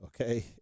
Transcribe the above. Okay